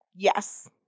Yes